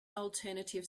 alternative